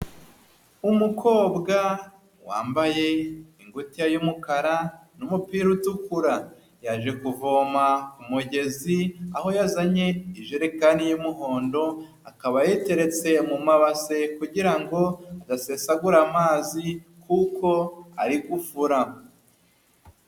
Umukobwa wambaye ingutiya y'umukara n'umupira utukura, yaje kuvoma ku mugezi, aho yazanye ijerekani y'umuhondo akaba yayiteretse mu mabase kugira ngo adasesagura amazi kuko ari gufura.